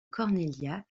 cornelia